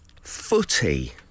footy